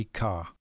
car